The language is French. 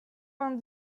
vingt